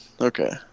Okay